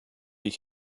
ich